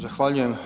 Zahvaljujem.